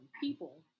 people